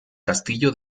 castillo